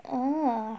oh